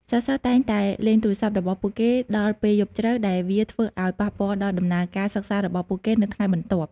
សិស្សៗតែងតែលេងទូរស័ព្ទរបស់ពួកគេដល់ពេលយប់ជ្រៅ ដែលវាធ្វើឱ្យប៉ះពាល់ដល់ដំណើរការសិក្សារបស់ពួកគេនៅថ្ងៃបន្ទាប់។